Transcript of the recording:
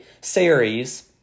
series